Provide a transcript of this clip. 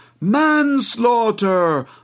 Manslaughter